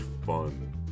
fun